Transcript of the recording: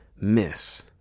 miss